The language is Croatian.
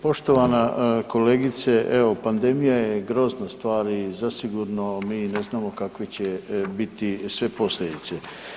Poštovana kolegice evo pandemija je grozna stvar i zasigurno mi ne znamo kakve će biti sve posljedice.